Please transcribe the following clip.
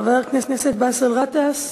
חבר הכנסת באסל גטאס?